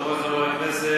חברי חברי הכנסת,